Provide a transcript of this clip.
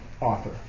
author